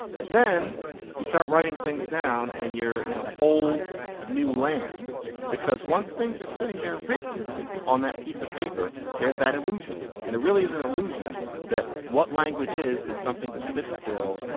but then you start writing things down and you're in a whole new land because once things are sitting there written on that piece of paper, there's that illusion. and it really is an illusion that what language is, is something that sits still.